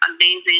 amazing